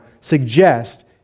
suggest